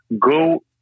go